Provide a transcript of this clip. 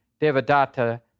Devadatta